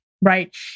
Right